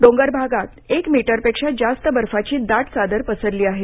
डोंगरभागात एक मीटरपेक्षा जास्त बर्फाची दाट चादर पसरली आहे